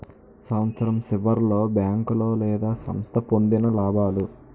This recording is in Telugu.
సంవత్సరం సివర్లో బేంకోలు లేదా సంస్థ పొందిన లాబాలు